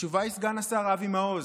התשובה היא סגן השר אבי מעוז,